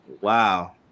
Wow